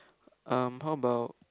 um how about